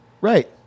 Right